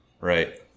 Right